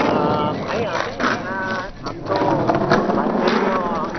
હંહંહં ભાઈ આ છે ને હમણાં આમ તો માર્કેટમાં